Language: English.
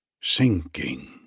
sinking